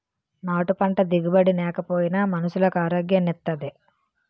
నాటు పంట దిగుబడి నేకపోయినా మనుసులకు ఆరోగ్యాన్ని ఇత్తాది